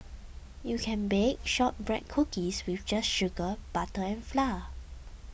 you can bake Shortbread Cookies with just sugar butter and flour